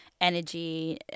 energy